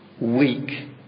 weak